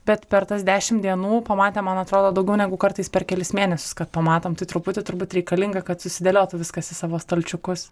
bet per tas dešim dienų pamatėm man atrodo daugiau negu kartais per kelis mėnesius kad pamatom tai truputį turbūt reikalinga kad susidėliotų viskas į savo stalčiukus